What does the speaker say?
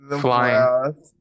flying